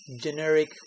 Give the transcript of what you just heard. generic